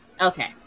okay